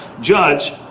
judge